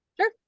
Sure